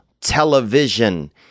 television